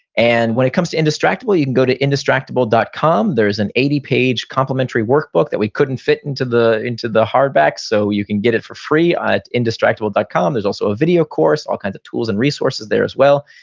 and when it comes to indistractable, you can go to indistractable dot com. there is an eighty page complementary workbook that we couldn't fit into the into the hardback, so you can get it for free at indistractable dot com. there's also a video course, all kinds of tools and resources there as well.